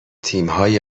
تیمهای